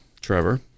Trevor